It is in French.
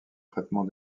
traitement